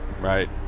right